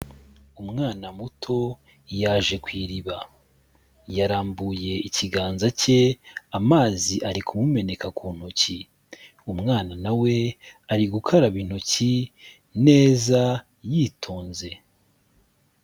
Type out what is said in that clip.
Umwana muto yaje ku iriba, yarambuye ikiganza cye, amazi ari kumumeneka ku ntoki, umwana na we ari gukaraba intoki neza yitonze.